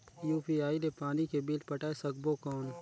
UPI ले पानी के बिल पटाय सकबो कौन?